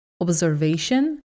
Observation